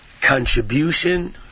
contribution